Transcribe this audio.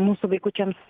mūsų vaikučiams